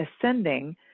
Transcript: ascending